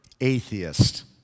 atheist